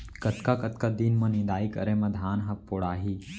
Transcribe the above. कतका कतका दिन म निदाई करे म धान ह पेड़ाही?